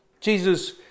Jesus